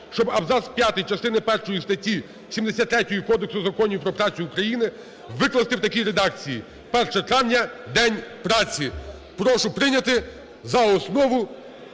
щоб абзац 5 частини першої статті 73 Кодексу законів про працю України викласти в такій редакції: "1 травня – День праці". Прошу прийняти за основу